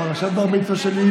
פרשת בר-מצווה שלי היא